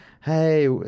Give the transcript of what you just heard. hey